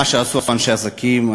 מה שעשו אנשי העסקים,